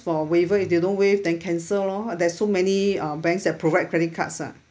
for waiver if they don't waive then cancel lor there're so many uh banks that provide credit cards ah